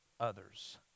Others